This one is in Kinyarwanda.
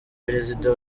perezida